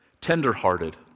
tenderhearted